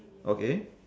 okay